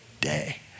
day